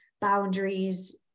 boundaries